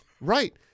Right